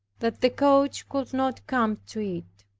that the coach could not come to it.